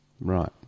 Right